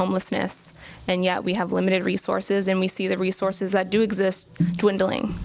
homelessness and yet we have limited resources and we see the resources that do exist to in doing